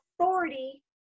authority